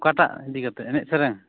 ᱚᱠᱟᱴᱟᱜ ᱤᱫᱤ ᱠᱟᱛᱮ ᱪᱮᱱᱮᱡ ᱥᱮᱨᱮᱧ